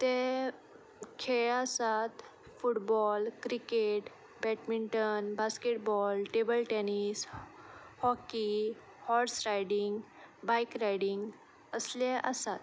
ते खेळ आसात football cricket badminton basketball table tennis hockey horse riding bike riding असले आसात